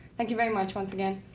thank you very much once again.